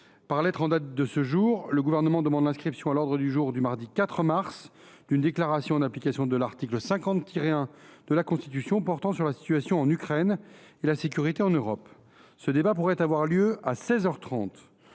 par lettre en date de ce jour, le Gouvernement demande l’inscription à l’ordre du jour du mardi 4 mars d’une déclaration, en application de l’article 50 1 de la Constitution, portant sur la situation en Ukraine et la sécurité en Europe. Ce débat pourrait avoir lieu à seize